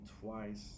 twice